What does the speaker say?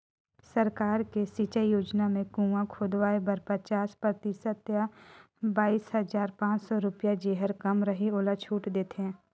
सरकार के सिंचई योजना म कुंआ खोदवाए बर पचास परतिसत य बाइस हजार पाँच सौ रुपिया जेहर कम रहि ओला छूट देथे